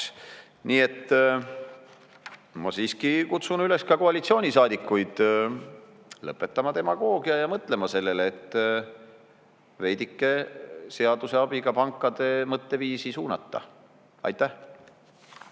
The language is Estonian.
et ma siiski kutsun üles ka koalitsioonisaadikuid lõpetama demagoogia ja mõtlema sellele, et veidike seaduse abiga pankade mõtteviisi suunata. Aitäh!